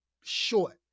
short